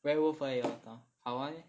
Werewolf oh ya 我懂 uh why